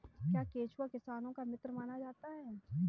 क्या केंचुआ किसानों का मित्र माना जाता है?